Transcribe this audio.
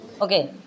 Okay